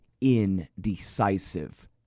indecisive